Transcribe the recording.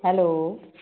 hello